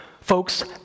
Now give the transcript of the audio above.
Folks